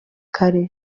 kare